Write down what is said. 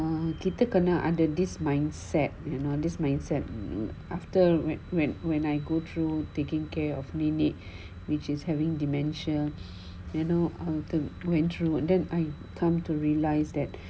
kita kena ada this mindset that you know this mindset after when when I go through taking care of minute which is having dementia you know on the went through then I come to realise that